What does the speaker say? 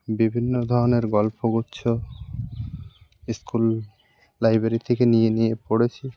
বিভিন্ন ধরনের গল্পগুচ্ছ স্কুল লাইব্রেরি থেকে নিয়ে নিয়ে পড়েছি